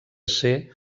ser